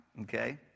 okay